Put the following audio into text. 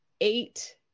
eight